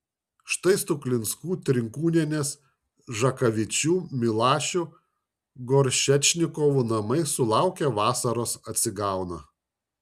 štai stuklinskų trinkūnienės žakavičių milašių goršečnikovų namai sulaukę vasaros atsigauna